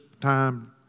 time